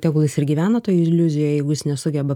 tegul jis ir gyvena toj iliuzijoj jeigu jis nesugeba